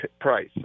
price